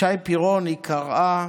לשי פירון היא קראה